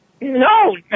No